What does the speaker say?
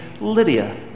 Lydia